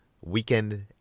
Weekend